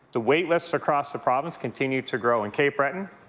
the wait lists across the province continue to grow. in cape breton,